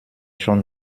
schon